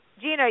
Gina